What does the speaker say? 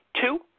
two